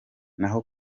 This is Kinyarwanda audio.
naho